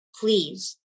please